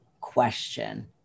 question